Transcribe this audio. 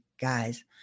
guys